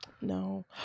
No